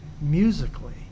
musically